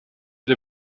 der